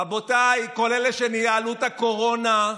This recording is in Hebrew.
רבותיי, כל אלה שניהלו את הקורונה,